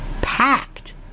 Packed